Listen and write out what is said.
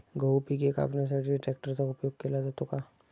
गहू पिके कापण्यासाठी ट्रॅक्टरचा उपयोग केला जातो का?